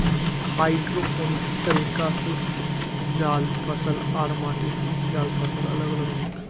hydroponics तरीका स उपजाल फसल आर माटीत उपजाल फसल अलग अलग हछेक